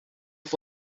auf